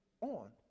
on